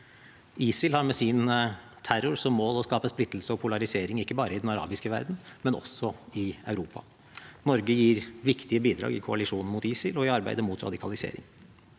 ISIL har med sin terror som mål å skape splittelse og polarisering ikke bare i den arabiske verden, men også i Europa. Norge gir viktige bidrag i koalisjonen mot ISIL og i arbeidet mot radikalisering.